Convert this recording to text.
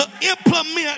implement